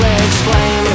explain